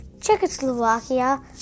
Czechoslovakia